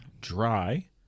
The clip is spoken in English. dry